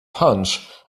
punch